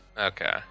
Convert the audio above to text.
Okay